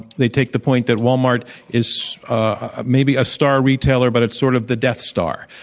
they take the point that walmart is ah maybe a star retailer, but it's sort of the death star,